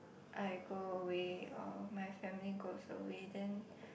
I go away or my family goes away then